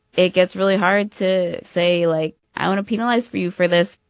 it gets really hard to say like, i want to penalize for you for this,